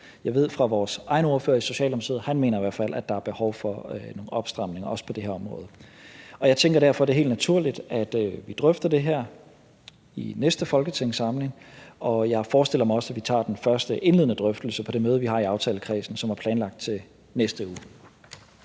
Jeg ved fra vores egen ordfører i Socialdemokratiet, at han i hvert fald mener, at der er behov for nogle opstramninger, også på det her område. Jeg tænker derfor, at det er helt naturligt, at vi drøfter det her i næste folketingssamling, og jeg forestiller mig også, at vi tager den første indledende drøftelse på det møde, som vi har i aftalekredsen, som er planlagt til næste uge.